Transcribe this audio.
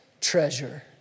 treasure